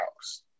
house